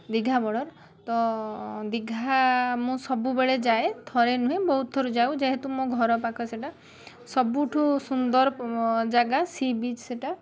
Digha border ତ ଦୀଘା ମୁଁ ସବୁବେଳେ ଯାଏ ଥରେ ନୁହେଁ ବହୁତ ଥର ଯାଉ ଯେହେତୁ ମୋ ଘର ପାଖ ସେଇଟା ସବୁଠୁ ସୁନ୍ଦର ଜାଗା ସି ବିଚ୍ ସେଟା